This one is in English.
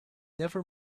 never